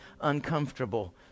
uncomfortable